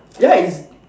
ya it's